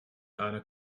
einer